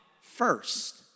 first